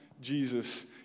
Jesus